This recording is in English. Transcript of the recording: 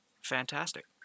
Fantastic